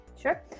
Sure